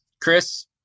Chris